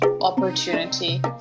opportunity